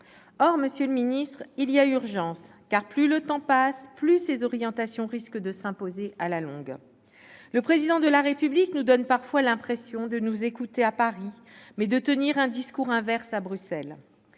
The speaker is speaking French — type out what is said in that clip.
Or, monsieur le ministre, il y a urgence, car, plus le temps passe, plus ces orientations risquent de s'imposer à la longue. Le Président de la République nous donne parfois l'impression de nous écouter à Paris, mais de tenir un discours inverse à Bruxelles.